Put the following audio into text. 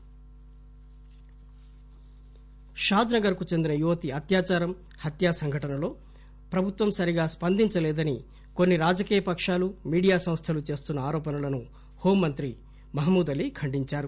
మహమూద్ అలీ షాద్ నగర్ కు చెందిన యువతి అత్యాచారం హత్త సంఘటనలో ప్రభుత్వం సరిగా స్పందించలేదని కొన్ని రాజకీయ పకాలు మీడియా సంస్థల ఆరోపణలను రాష్ట హోంమంత్రి మహమూద్ అలీ ఖండించారు